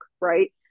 right